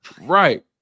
right